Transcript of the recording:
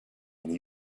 and